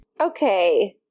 okay